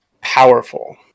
powerful